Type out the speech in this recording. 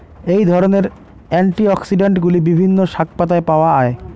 এই ধরনের অ্যান্টিঅক্সিড্যান্টগুলি বিভিন্ন শাকপাতায় পাওয়া য়ায়